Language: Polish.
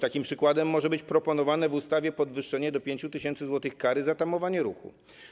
Takim przykładem może być proponowane w ustawie podwyższenie do 5 tys. zł kary za tamowanie ruchu.